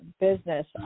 business